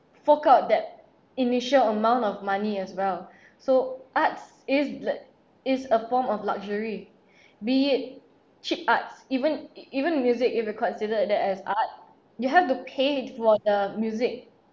fork out that initial amount of money as well so arts is bl~ is a form of luxury be it cheap arts even even music if we considered that as art you have to pay for the music